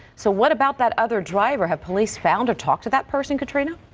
so what about that other driver have police found a talk to that person katrina.